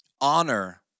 Honor